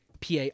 PA